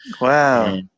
Wow